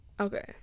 Okay